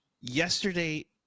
Yesterday